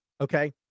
okay